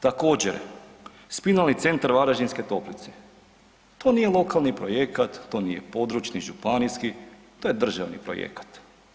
Također Spinalni Centar Varaždinske Toplice, to nije lokalni projekat, to nije područni, županijski, to je državni projekat.